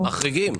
מחריגים.